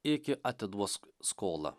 iki atiduos skolą